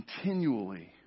continually